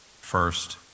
first